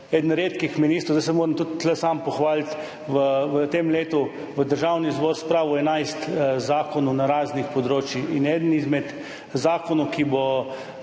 eno redkih ministrstev – zdaj se moram tu tudi sam pohvaliti – ki je v tem letu v Državni zbor spravilo 11 zakonov na raznih področjih. In eden izmed zakonov, ki bo